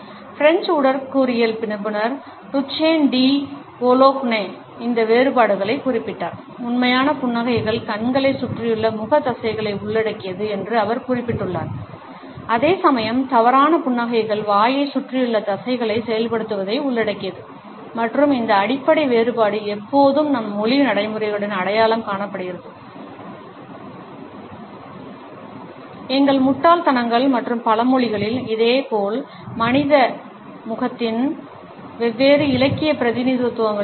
French உடற்கூறியல் நிபுணர் Duchenne de Boulogne இந்த வேறுபாடுகளைக் குறிப்பிட்டார் உண்மையான புன்னகைகள் கண்களைச் சுற்றியுள்ள முக தசைகளை உள்ளடக்கியது என்று அவர் குறிப்பிட்டுள்ளார் அதேசமயம் தவறான புன்னகைகள் வாயைச் சுற்றியுள்ள தசைகளை செயல்படுத்துவதை உள்ளடக்கியது மற்றும் இந்த அடிப்படை வேறுபாடு எப்போதும் நம் மொழி நடைமுறைகளில் அடையாளம் காணப்பட்டுள்ளது எங்கள் முட்டாள்தனங்கள் மற்றும் பழமொழிகளில் அதே போல் மனித முகத்தின் வெவ்வேறு இலக்கிய பிரதிநிதித்துவங்களிலும்